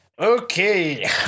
Okay